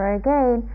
again